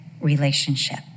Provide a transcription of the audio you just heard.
relationship